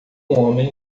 homem